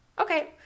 Okay